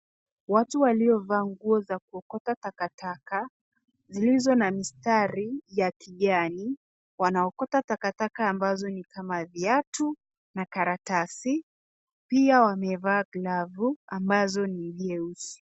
Watu waliovaa nguo za kuokota takataka zilizo na mistari ya kijani wanaokota takataka ambazo ni kama viatu na karatasi. Pia wamevaa glovu ambazo ni vyeusi.